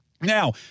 Now